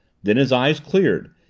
then his eyes cleared,